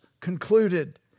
concluded